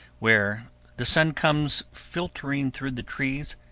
where the sun comes filtering through the trees,